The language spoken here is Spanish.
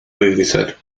regresar